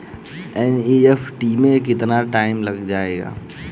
NEFT में कितना time लग जाएगा?